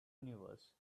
universe